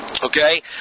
Okay